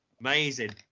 Amazing